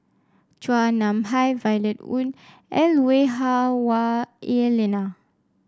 Chua Nam Hai Violet Oon and Lui Hah Wah Elena